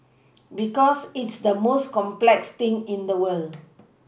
because it's the most complex thing in the world